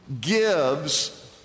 gives